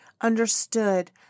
understood